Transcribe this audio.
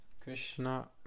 Krishna